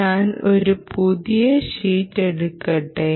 ഞാൻ ഒരു പുതിയ ഷീറ്റ് എടുക്കട്ടെ